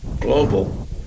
global